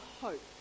hope